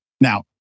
Now